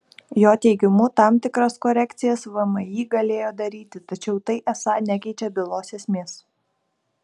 jo teigimu tam tikras korekcijas vmi galėjo daryti tačiau tai esą nekeičia bylos esmės